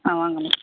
ஆ வாங்கம்மா